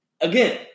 again